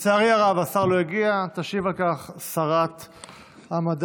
תזכור את זה כשהגלגל יסתובב.